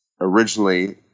originally